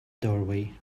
doorway